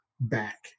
back